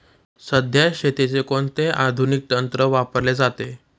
सध्या शेतीत कोणते आधुनिक तंत्र वापरले जाते?